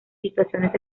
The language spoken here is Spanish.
situaciones